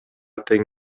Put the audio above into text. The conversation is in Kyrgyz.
тең